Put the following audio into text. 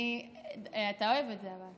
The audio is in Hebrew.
אבל אתה אוהב את זה?